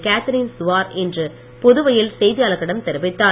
Catherine சுவார் இன்று புதுவையில் செய்தியாளர்களிடம் தெரிவித்தார்